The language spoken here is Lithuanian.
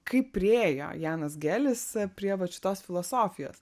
kaip priėjo janas gelis prie vat šitos filosofijos